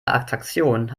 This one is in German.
attraktion